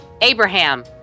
Abraham